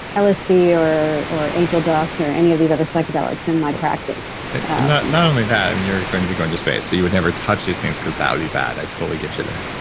lsd or or angel dust or any of these other psychedelics in my practice not not only that, i mean you're going to be going to space so you would never touch these things because that would be bad. i totally get you there